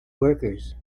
workers